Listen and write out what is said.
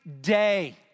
day